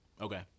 Okay